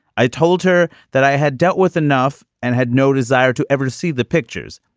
i told her that i had dealt with enough and had no desire to ever see the pictures.